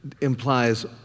implies